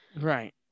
right